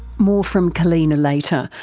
more from kallena later,